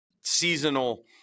seasonal